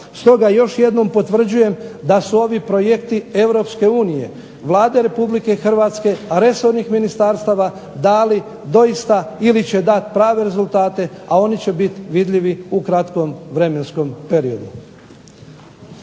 Stoga još jednom potvrđujem da su ovi projekti Europske unije, Vlade Republike Hrvatske, resornih ministarstava dali doista ili će dati prave rezultate, a oni će biti vidljivi u kratkom vremenskom periodu.